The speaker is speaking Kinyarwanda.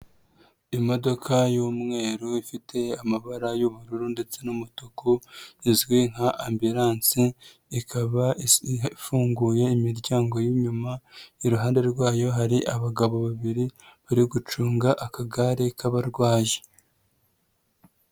Imodoka y'umweru ifite amabara y'ubururu ndetse n'umutuku, izwi nka ambulance ikabafunguye imiryango y'inyuma, iruhande rwayo hari abagabo babiri bari gucunga akagare k'abarwayi.